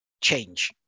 change